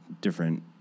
different